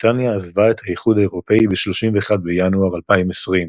בריטניה עזבה את האיחוד האירופי ב-31 בינואר 2020,